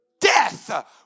Death